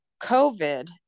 COVID